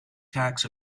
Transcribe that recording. tax